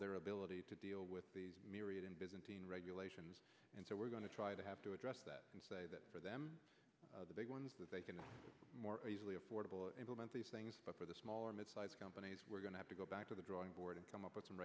their ability to deal with these myriad and byzantine regulations and so we're going to try to have to address that and say that for them the big ones that they can more easily affordable implement these things but for the smaller mid size companies we're going to have to go back to the drawing board and come up with some